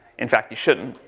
in fact, you shouldn't.